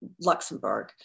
Luxembourg